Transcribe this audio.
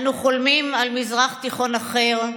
אנו חולמים על מזרח תיכון אחר,